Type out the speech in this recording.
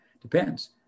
depends